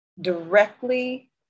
directly